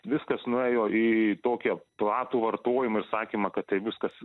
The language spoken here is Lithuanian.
viskas nuėjo į tokią platų vartojimą ir sakymą kad tai viskas